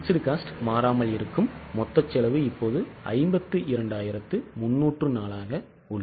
Fixed cost மாறாமல் இருக்கும் மொத்த செலவு இப்போது 52304 ஆக உள்ளது